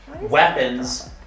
weapons